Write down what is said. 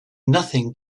nothing